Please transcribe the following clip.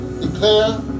declare